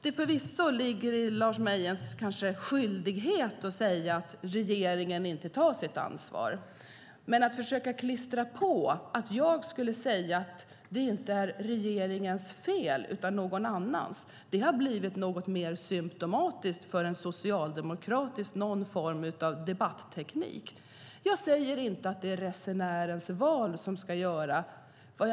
Det är kanske Lars Mejerns skyldighet att säga att regeringen inte tar sitt ansvar. Men att försöka påstå att jag skulle säga att det inte är regeringens fel utan någon annans fel har blivit symtomatiskt för en socialdemokratisk debatteknik. Jag säger inte att det är resenären som ska göra ett val.